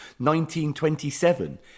1927